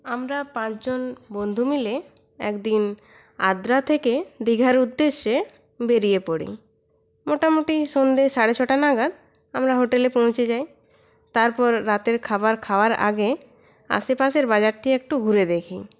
আমরা পাঁচজন বন্ধু মিলে একদিন আদ্রা থেকে দীঘার উদ্দেশ্যে বেরিয়ে পড়ি মোটামুটি সন্ধ্যে সাড়ে ছটা নাগাদ আমরা হোটেলে পৌঁছে যাই তারপর রাতের খাবার খাওয়ার আগে আশেপাশের বাজারটি একটু ঘুরে দেখি